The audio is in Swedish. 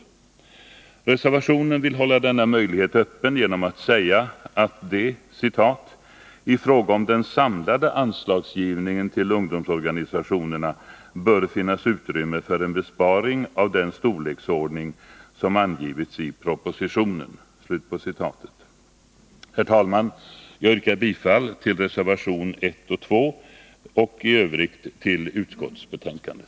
Reservanterna 12 december 1980 vill hålla denna möjlighet öppen genom att säga att det ”i fråga om den samlade anslagsgivningen till ungdomsorganisationerna bör finnas utrymme statsverksamheten, Herr talman! Jag yrkar bifall till reservationerna 1 och 2. I övrigt yrkar jag m.m.